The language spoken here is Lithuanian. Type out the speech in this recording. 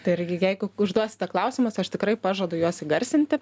tai irgi jeigu užduosite klausimus aš tikrai pažadu juos įgarsinti